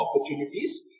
opportunities